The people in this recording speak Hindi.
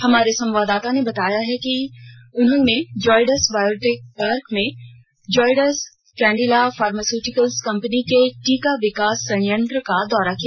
हमारे संवाददाता ने बताया है कि उन्होंने जायडस बायोटेक पार्क में जायडस कैडिला फार्मास्यूटिकल्स कम्पनी के टीका विकास संयंत्र का दौरा किया